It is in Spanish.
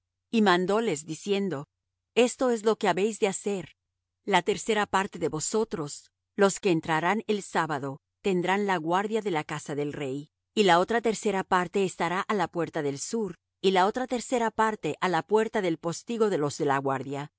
y mandóles diciendo esto es lo que habéis de hacer la tercera parte de vosotros los que entrarán el sábado tendrán la guardia de la casa del rey y la otra tercera parte estará á la puerta del sur y la otra tercera parte á la puerta del postigo de los de la guardia así